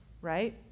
right